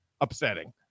upsetting